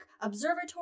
observatory